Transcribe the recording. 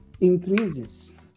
increases